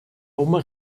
uma